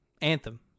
Anthem